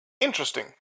Interesting